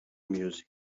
music